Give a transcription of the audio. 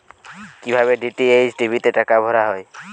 কি ভাবে DTH TV তে টাকা ভরা হয়?